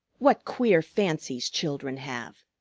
what queer fancies children have!